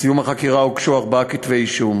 בסיום החקירה הוגשו ארבעה כתבי-אישום